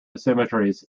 asymmetries